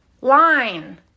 line